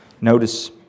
Notice